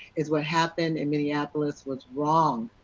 is what happened in minneapolis was wrong.